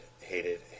hated